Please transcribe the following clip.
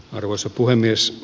arvoisa puhemies